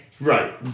Right